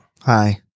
Hi